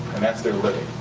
and that's their living.